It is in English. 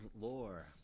lore